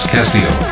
Castillo